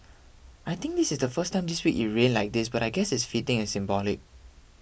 I think this is the first time this week it rained like this but I guess it's fitting and symbolic